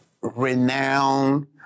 renowned